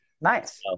Nice